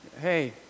Hey